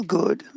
good